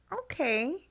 Okay